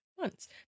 months